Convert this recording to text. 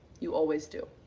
you always do.